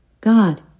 God